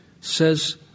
says